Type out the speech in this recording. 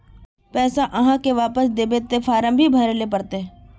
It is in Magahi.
पैसा आहाँ के वापस दबे ते फारम भी भरें ले पड़ते?